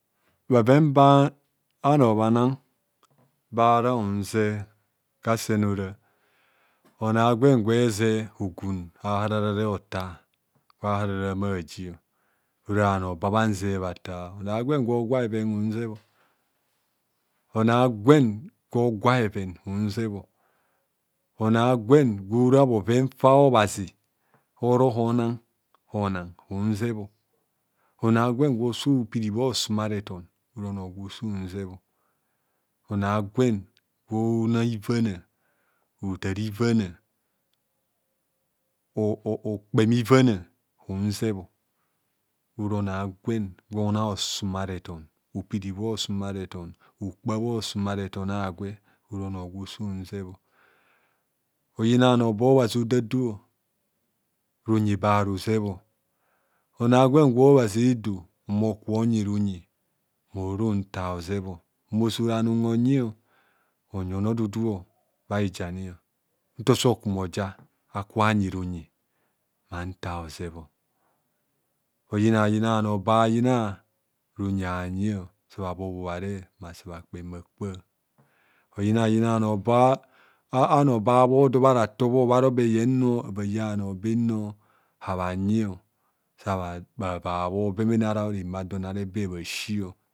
Bhoven ba bhano bhana bara bhin ze kasen ora ona gwen gwa eze hogun a'hararare hotar kwa harara bha humo bhajio ora bhanoba bhanze bhatar onor agwen gwo gwa bheven hunzebho, onor agwen gwo gwa bheven hun zebho onor a'gwen gwora bhoven fa obhazi prohona ana hunzebho onor a'gwen gwo so piri bha osumareton ora onor gwo sun zebho onor a'gwen gwona ivana otar ivana oo okpeme ivana hunzebho. Ora onor agwen gwona osumareton opiri bha osumareton okpa bha osumareton a'gwe ora onor gwo sunzebho oyina bhanor ba obhazi odado runyi be harusebho onor a'gwen gwa obhazi edo mmo ko nyirunyi murontar hozebho mmosora anum onyio, onyi ono dudu bha hijani ntosokumoja akayi runyi manta ozebho oyina yina bhano ba bha yina runyi habha nyio sabho bobobhare mma sa bha kpem bhakpa oyina yina bhanor ba bhanor ba bha bhor dor bharetor bharo be yemno ava ya bhanor bemno habhanyio sabhava bhobemene ara reme adon are be bha sio